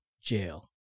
jail